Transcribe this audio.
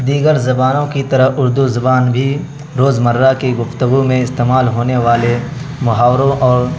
دیگر زبانوں کی طرح اردو زبان بھی روز مرہ کی گفتگو میں استعمال ہونے والے محاوروں اور